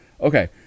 Okay